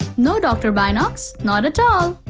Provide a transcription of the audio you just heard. no dr. binocs, not at all!